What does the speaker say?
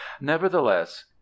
nevertheless